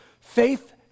Faith